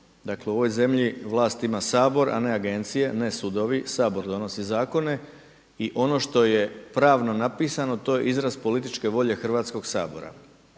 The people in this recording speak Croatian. Dakle, u ovoj zemlji vlast ima Sabor a ne agencije, ne sudovi. Sabor donosi zakone i ono što je pravno napisano to je izraz političke volje Hrvatskog sabora.